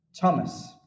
Thomas